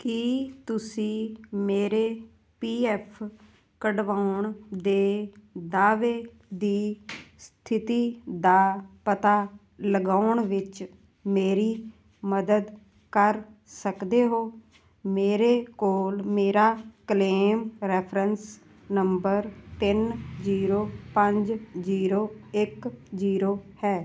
ਕੀ ਤੁਸੀਂ ਮੇਰੇ P F ਕਢਵਾਉਣ ਦੇ ਦਾਅਵੇ ਦੀ ਸਥਿਤੀ ਦਾ ਪਤਾ ਲਗਾਉਣ ਵਿੱਚ ਮੇਰੀ ਮਦਦ ਕਰ ਸਕਦੇ ਹੋ ਮੇਰੇ ਕੋਲ ਮੇਰਾ ਕਲੇਮ ਰੈਫਰੈਂਸ ਨੰਬਰ ਤਿੰਨ ਜ਼ੀਰੋ ਪੰਜ ਜ਼ੀਰੋ ਇੱਕ ਜ਼ੀਰੋ ਹੈ